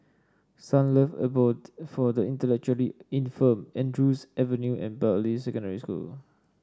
Sunlove Abode for the Intellectually Infirmed Andrews Avenue and Bartley Secondary School